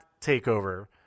TakeOver